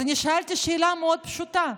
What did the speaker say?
אז אני שאלתי שאלה מאוד פשוטה: